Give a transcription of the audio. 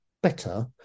better